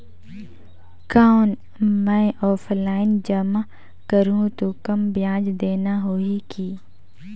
कौन मैं ऑफलाइन जमा करहूं तो कम ब्याज देना होही की?